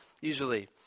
usually